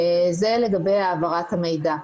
זה לגבי העברת המידע.